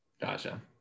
Gotcha